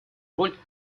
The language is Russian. роль